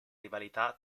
rivalità